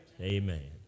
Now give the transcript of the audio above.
amen